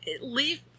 leave